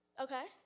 Okay